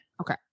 Okay